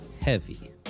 heavy